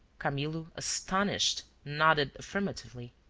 camillo, astonished, nodded affirmatively.